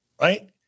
right